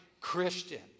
Christian